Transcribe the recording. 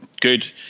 good